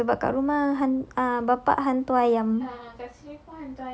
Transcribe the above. then I'm like um sebab kat rumah han~ bapa hantu ayam